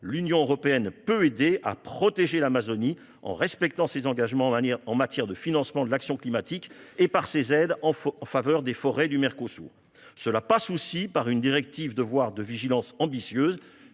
L'Union européenne peut aider à protéger l'Amazonie, en respectant ses engagements en matière de financement de l'action climatique et par ses aides en faveur des forêts des pays du Mercosur. Cela passe aussi par une directive ambitieuse